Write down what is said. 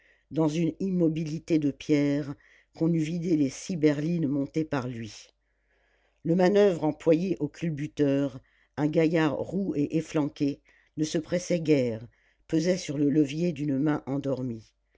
dans une immobilité de pierre qu'on eût vidé les six berlines montées par lui le manoeuvre employé au culbuteur un gaillard roux et efflanqué ne se pressait guère pesait sur le levier d'une main endormie